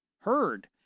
heard